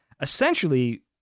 essentially